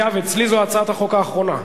אגב, אצלי זאת הצעת החוק האחרונה.